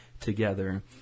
together